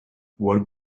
what